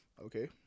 Okay